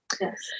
yes